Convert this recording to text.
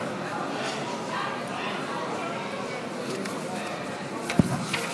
הצעת חוק שירות אזרחי (תיקון,